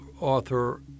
author